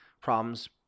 problems